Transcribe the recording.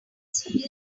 serious